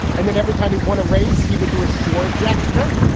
and then every time he won a race, he would do a sword gesture.